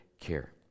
care